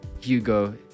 Hugo